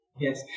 Yes